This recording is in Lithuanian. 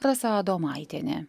rasa adomaitienė